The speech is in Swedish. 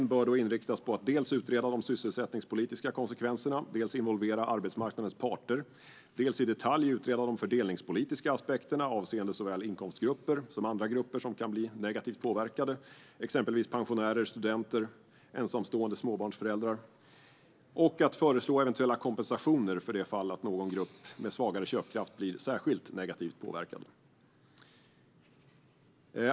Kommittédirektiven bör inriktas på att dels utreda de sysselsättningspolitiska konsekvenserna, dels involvera arbetsmarknadens parter, dels i detalj utreda de fördelningspolitiska aspekterna avseende såväl inkomstgrupper som andra grupper som kan bli negativt påverkade - exempelvis pensionärer, studenter och ensamstående småbarnsföräldrar - och dels föreslå eventuella kompensationer för det fall att någon grupp med svagare köpkraft blir särskilt negativt påverkad.